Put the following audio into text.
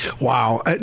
Wow